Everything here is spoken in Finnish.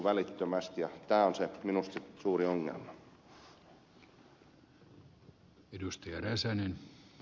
tämä on minusta se suuri ongelma